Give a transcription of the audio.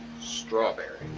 Strawberry